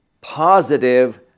positive